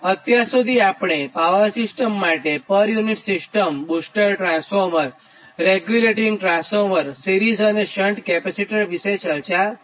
અત્યાર સુધી આપણે પાવર સિસ્ટમ માટે per unit system booster transformer regulating transformer અને સિરીઝ તથા શન્ટ કેપેસિટર વિષે ચર્ચા કરી